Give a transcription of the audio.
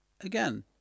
Again